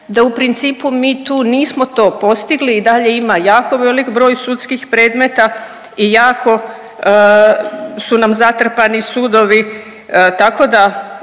da u principu mi tu nismo to postigli i dalje ima jako velik broj sudskih predmeta i jako su nam zatrpani sudovi, tako da